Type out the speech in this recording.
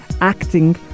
acting